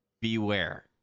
beware